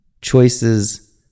choices